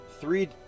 three